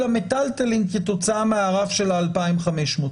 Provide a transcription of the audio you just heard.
המיטלטלין כתוצאה מהרף של ה-2,500 ₪,